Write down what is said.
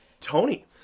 Tony